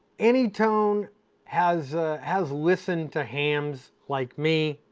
anytone has has listened to hams, like me,